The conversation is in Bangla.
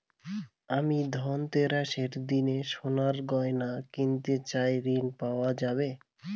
আমি ধনতেরাসের দিন সোনার গয়না কিনতে চাই ঝণ পাওয়া যাবে?